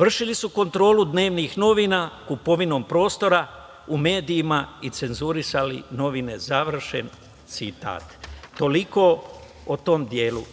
Vršili su kontrolu dnevnih novina kupovinom prostora u medijima i cenzurisali novine“, završen citat. Toliko o tom delu.